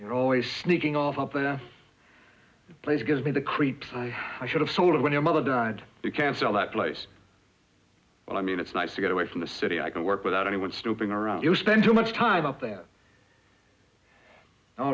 you're always sneaking off up that place gives me the creeps i should have sold when your mother died you can't sell that place but i mean it's nice to get away from the city i can work without anyone snooping around you spend too much time out there